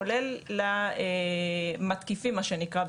כולל למתקיפים מה שנקרא,